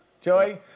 Joey